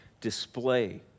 display